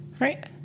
Right